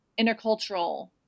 intercultural